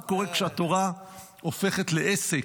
מה קורה כשהתורה הופכת לעסק?